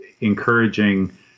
encouraging